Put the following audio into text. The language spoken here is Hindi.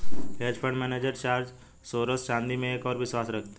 hedge fund manager George Soros चांदी में एक और विश्वास रखते हैं